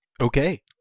Okay